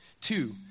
Two